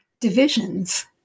divisions